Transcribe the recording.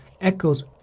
echoes